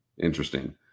interesting